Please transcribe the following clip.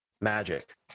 magic